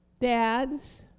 dads